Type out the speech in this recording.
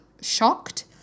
shocked